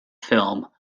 film